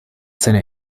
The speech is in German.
seiner